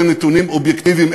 אלה נתונים אובייקטיביים,